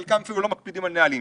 חלקם אפילו לא מקפידים על נהלים,